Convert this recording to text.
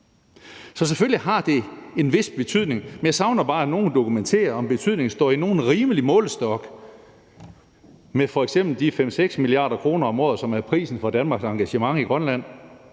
Så selvfølgelig har det en vis betydning, men jeg savner bare, at nogen dokumenterer, om betydningen står i nogen rimelig målestok med f.eks. de 5-6 mia. kr. om året, som er prisen for Danmarks engagement i Grønland.